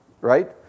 right